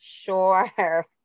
Sure